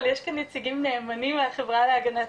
אבל יש כאן נציגים נאמנים של החברה להגנת